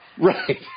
Right